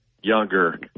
younger